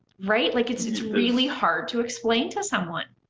right? like, it's it's really hard to explain to someone.